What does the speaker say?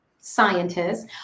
scientists